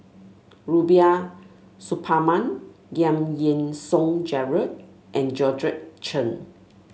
Rubiah Suparman Giam Yean Song Gerald and Georgette Chen